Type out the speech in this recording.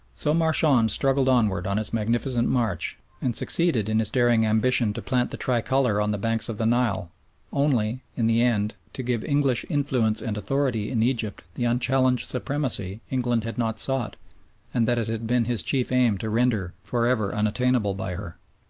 so marchand struggled onward on his magnificent march and succeeded in his daring ambition to plant the tricolour on the banks of the nile only, in the end, to give english influence and authority in egypt the unchallenged supremacy england had not sought and that it had been his chief aim to render for ever unattainable by her.